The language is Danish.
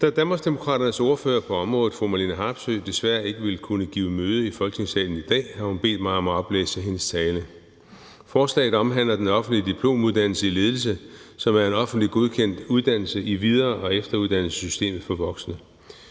Da Danmarksdemokraternes ordfører på området, fru Marlene Harpsøe, desværre ikke kunne give møde i Folketingssalen i dag, har hun bedt mig om at oplæse hendes tale. Forslaget omhandler den offentlige diplomuddannelse i ledelse, som er en offentligt godkendt uddannelse i videre- og efteruddannelsessystemet for voksne.